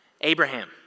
Abraham